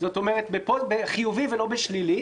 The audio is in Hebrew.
זאת אומרת, חיובי ולא בשלילי.